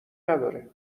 نداره